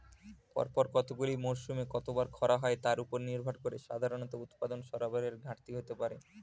পরপর কতগুলি মরসুমে কতবার খরা হয় তার উপর নির্ভর করে সাধারণত উৎপাদন সরবরাহের ঘাটতি হতে পারে